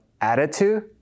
attitude